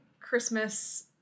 Christmas